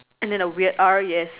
and then a weird R yes